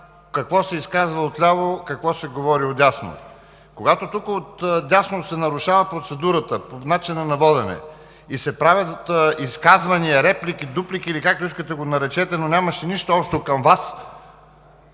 какво се изказва отляво, какво се говори отдясно. Когато отдясно се нарушава процедурата по начина на водене и се правят изказвания, реплики, дуплики или както искате го наречете, но няма нищо общо с Вас,